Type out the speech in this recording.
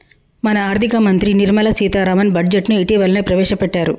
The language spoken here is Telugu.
మన ఆర్థిక మంత్రి నిర్మల సీతారామన్ బడ్జెట్ను ఇటీవలనే ప్రవేశపెట్టారు